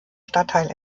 stadtteil